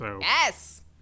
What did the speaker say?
Yes